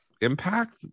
impact